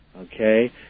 Okay